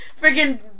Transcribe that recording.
freaking